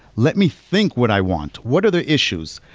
let me think what i want. what are the issues?